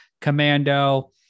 commando